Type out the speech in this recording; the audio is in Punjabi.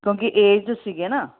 ਕਿਉਂਕਿ ਏਜਡ ਸੀਗੇ ਨਾ